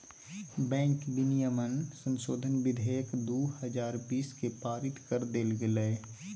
bank विनियमन संशोधन विधेयक दू हजार बीस के पारित कर देल गेलय